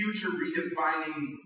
future-redefining